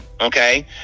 okay